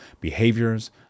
behaviors